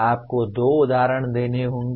आपको दो उदाहरण देने होंगे